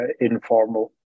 informal